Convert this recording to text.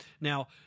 Now